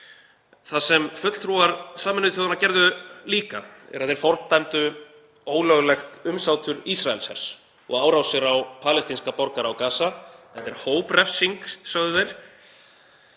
Það sem fulltrúar Sameinuðu þjóðanna gerðu líka er að þeir fordæmdu ólöglegt umsátur Ísraelshers og árásir á palestínska borgara á Gaza. Þetta er hóprefsing, sögðu þeir,